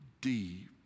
deep